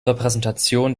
repräsentation